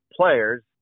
players